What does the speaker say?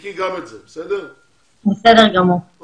תבדקי גם את זה בבקשה, כי